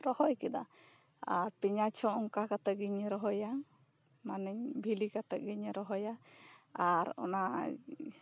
ᱨᱚᱦᱚᱭ ᱠᱮᱫᱟ ᱟᱨ ᱯᱮᱭᱟᱸᱡᱽ ᱦᱚᱸ ᱚᱱᱠᱟ ᱠᱟᱛᱮᱜ ᱜᱤᱧ ᱨᱚᱦᱚᱭᱟ ᱢᱟᱱᱮ ᱵᱷᱤᱞᱤ ᱠᱟᱛᱮᱜ ᱜᱤᱧ ᱨᱚᱦᱚᱭᱟ ᱟᱨ ᱚᱱᱟ